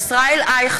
מצביע ישראל אייכלר,